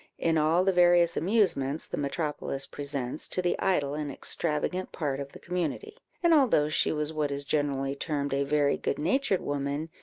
in all the various amusements the metropolis presents to the idle and extravagant part of the community and although she was what is generally termed a very good-natured woman,